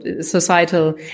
societal